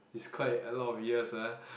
is quite a lot of years ah